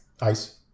Ice